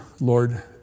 Lord